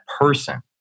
person